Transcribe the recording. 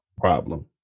Problem